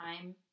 time